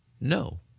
No